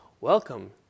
welcome